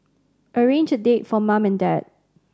arrange a date for mum and dad